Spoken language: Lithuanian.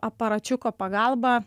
aparačiuko pagalba